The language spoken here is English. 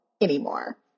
anymore